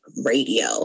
radio